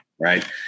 right